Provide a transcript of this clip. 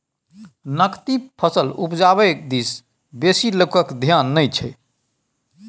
नकदी फसल उपजाबै दिस बेसी लोकक धेआन नहि छै